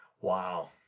Wow